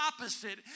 opposite